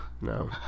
No